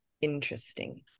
interesting